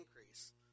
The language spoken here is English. increase